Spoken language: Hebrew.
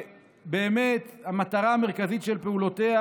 שהמטרה המרכזית של פעולותיה